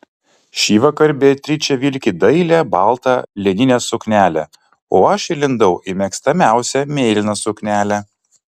šįvakar beatričė vilki dailią baltą lininę suknelę o aš įlindau į mėgstamiausią mėlyną suknelę